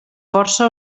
força